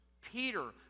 Peter